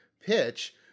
pitch